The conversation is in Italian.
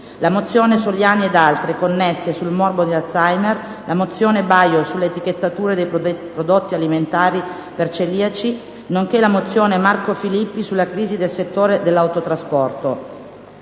la mozione Soliani ed altre connesse sul morbo di Alzheimer, la mozione Baio sulle etichettature dei prodotti alimentari per celiaci, nonché la mozione Marco Filippi sulla crisi del settore dell'autotrasporto.